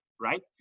right